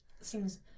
seems